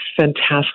fantastic